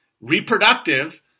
reproductive